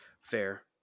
Fair